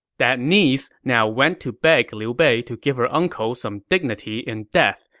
that niece now went to beg liu bei to give her uncle some dignity in death,